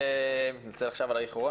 אני מתנצל על האיחור.